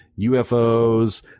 UFOs